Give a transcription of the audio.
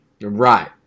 Right